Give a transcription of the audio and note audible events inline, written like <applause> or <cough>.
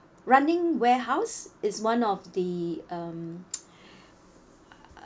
running warehouse is one of the um <noise>